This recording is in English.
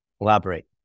Elaborate